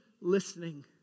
listening